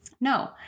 No